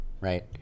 right